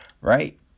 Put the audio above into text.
Right